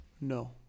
No